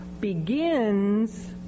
begins